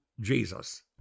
Jesus